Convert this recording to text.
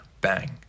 bang